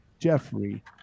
Jeffrey